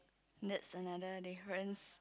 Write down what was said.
that's another difference